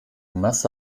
masse